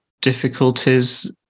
difficulties